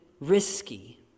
risky